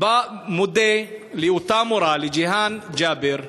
אני מודה לאותה מורה, לג'יהאן ג'אבר,